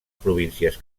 províncies